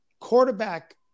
quarterback